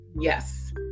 Yes